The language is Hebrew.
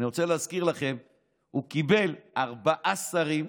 אני רוצה להגיד לכם שהוא קיבל ארבעה שרים,